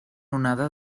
onada